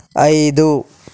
ఐదు